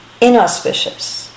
inauspicious